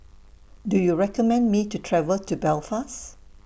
Do YOU recommend Me to travel to Belfast